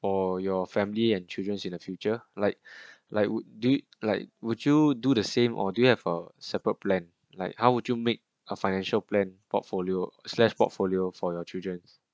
for your family and children's in the future like like would do you like would you do the same or do you have a separate plan like how would you make a financial plan portfolio slash portfolio for your children's